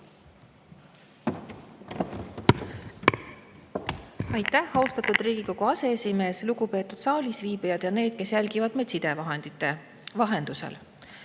Aitäh, austatud Riigikogu aseesimees! Lugupeetud saalis viibijad ja need, kes jälgivad meid sidevahendite vahendusel!